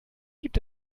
gibt